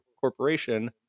corporation